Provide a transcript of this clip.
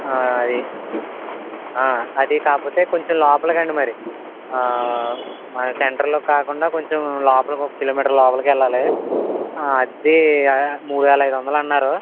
అది అది కాకపోతే కొంచెం లోపలకండి మరి సెంటర్లో కాకుండా కొంచెం లోపల ఒక కిలోమీటరు లోపలకెళ్ళాలి అద్దె మూడు వేల ఐదు వందలు అన్నారు